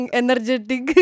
energetic